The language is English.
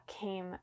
came